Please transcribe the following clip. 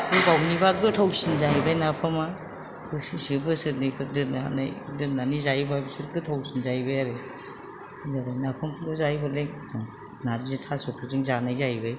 गोबावनिबा गोथावसिन जाहैबाय नाफामा बोसोरसे बोसोरनैफोर दोननानै बिदिनो दोननानै जायोब्ला एसे गोथावसिन जाहैबाय आरो नाफामखौबो जायो बेलाय नारजि थास'खौ जों जानाय जाहैबाय